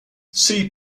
see